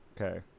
Okay